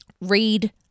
read